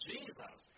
Jesus